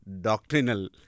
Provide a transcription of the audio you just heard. doctrinal